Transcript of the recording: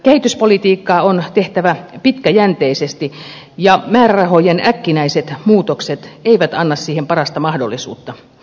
kehityspolitiikkaa on tehtävä pitkäjänteisesti ja määrärahojen äkkinäiset muutokset eivät anna siihen parasta mahdollisuutta